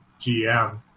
GM